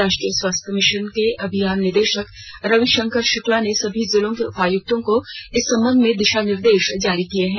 राष्ट्रीय स्वास्थ्य मिशन के अमियान निदेशक रविशंकर शुक्ला ने सभी जिलों के उपायुक्तों को इस संबंध में दिशा निर्देश जारी किया है